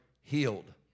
healed